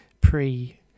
pre